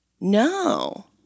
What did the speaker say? No